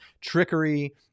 trickery